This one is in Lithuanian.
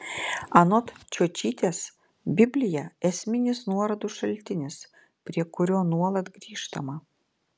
anot čiočytės biblija esminis nuorodų šaltinis prie kurio nuolat grįžtama